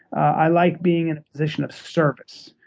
i like being in a position of service.